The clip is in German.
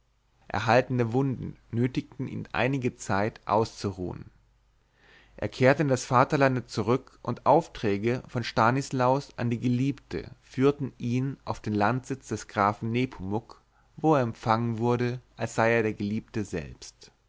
erhaltene wunden nötigten ihn einige zeit auszuruhen er kehrte in das vaterland zurück und aufträge von stanislaus an die geliebte führten ihn auf den landsitz des grafen nepomuk wo er empfangen wurde als sei er der geliebte selbst